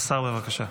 השר, בבקשה.